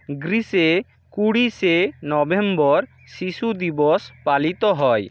গ্রীসে কুড়ি শে নভেম্বর শিশু দিবস পালিত হয়